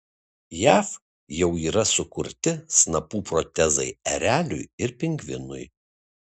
jav jau yra sukurti snapų protezai ereliui ir pingvinui